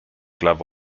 glove